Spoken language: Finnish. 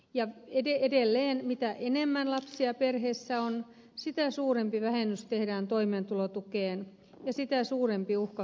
ja edelleen mitä enemmän lapsia perheessä on sitä suurempi vähennys tehdään toimeentulotukeen ja sitä suurempi uhka köyhyyteen